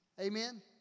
Amen